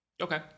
Okay